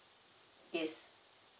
yes